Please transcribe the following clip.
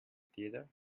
theater